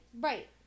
right